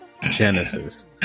Genesis